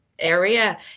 area